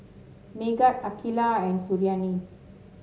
Megat Aqilah and Suriani